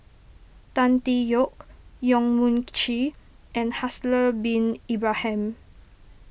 Tan Tee Yoke Yong Mun Chee and Haslir Bin Ibrahim